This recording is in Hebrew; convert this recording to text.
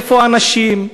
איפה האנשים?